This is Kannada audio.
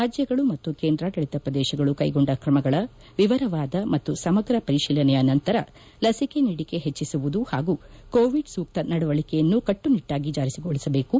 ರಾಜ್ಯಗಳು ಮತ್ತು ಕೇಂದಾಡಳಿತ ಪ್ರದೇಶಗಳು ಕೈಗೊಂಡ ಕ್ರಮಗಳ ವಿವರವಾದ ಮತ್ತು ಸಮಗ್ರ ಪರಿಶೀಲನೆಯ ನಂತರ ಲಸಿಕೆ ನೀಡಿಕೆ ಹೆಚ್ಚಿಸುವುದು ಪಾಗೂ ಕೋವಿಡ್ ಸೂತ್ತ ನಡವಳಿಕೆಯನ್ನು ಕಟ್ಟನಿಟ್ಟಾಗಿ ಜಾರಿಗೊಳಿಸಬೇಕು